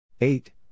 Eight